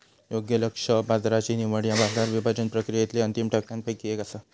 योग्य लक्ष्य बाजाराची निवड ह्या बाजार विभाजन प्रक्रियेतली अंतिम टप्प्यांपैकी एक असा